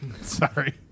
Sorry